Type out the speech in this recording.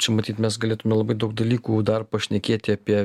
čia matyt mes galėtume labai daug dalykų dar pašnekėti apie